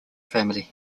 family